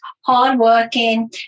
hardworking